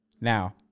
Now